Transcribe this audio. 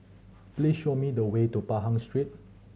please show me the way to Pahang Street